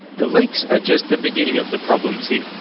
the leaks are just the beginning of the problems here.